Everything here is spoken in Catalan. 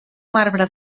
marbre